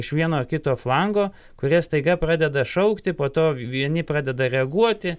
iš vieno ar kito flango kurie staiga pradeda šaukti po to vieni pradeda reaguoti